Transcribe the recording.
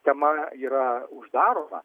tema yra uždaroma